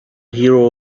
hero